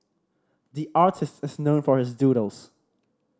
the artist is known for his doodles